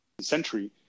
century